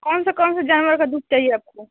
कौन सा कौन सा जानवर का दूध चाहिए आपको